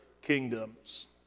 kingdoms